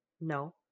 No